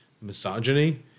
misogyny